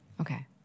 Okay